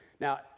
Now